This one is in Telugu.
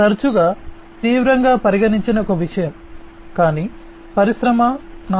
తరచుగా తీవ్రంగా పరిగణించని ఒక విషయం కానీ పరిశ్రమ 4